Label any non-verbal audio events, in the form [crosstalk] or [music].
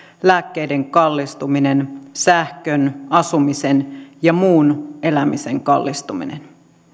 lääkkeiden kallistuminen sähkön asumisen ja muun elämisen kallistuminen [unintelligible]